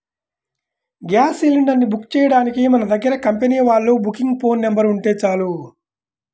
gas cylinder ని book చెయ్యడానికి మన దగ్గర కంపెనీ వాళ్ళ బుకింగ్ ఫోన్ నెంబర్ ఉంటే చాలు